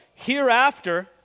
Hereafter